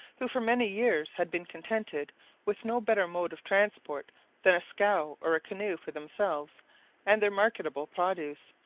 who for many years had been contented with no better mode of transport than a scow or a canoe for themselves and their marketable produce,